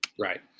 Right